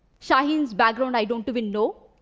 shaheen's background i don't even know.